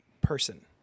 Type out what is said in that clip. person